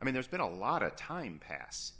i mean there's been a lot of time pass